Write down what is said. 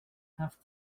have